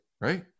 Right